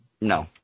No